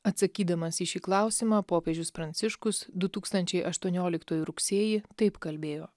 atsakydamas į šį klausimą popiežius pranciškus du tūkstančiai aštuonioliktųjų rugsėjį taip kalbėjo